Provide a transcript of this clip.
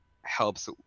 helps